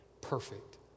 perfect